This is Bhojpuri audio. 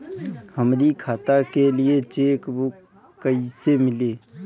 हमरी खाता के लिए चेकबुक कईसे मिली?